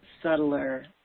subtler